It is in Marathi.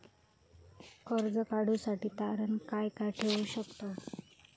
कर्ज काढूसाठी तारण काय काय ठेवू शकतव?